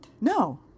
no